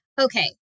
Okay